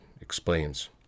explains